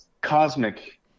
cosmic